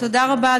תודה רבה.